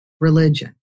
religion